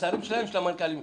השרים והמנכ"לים שלהם.